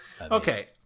Okay